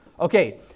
Okay